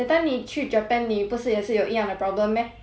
that time 你去 japan 你不是也是有一样的 problem meh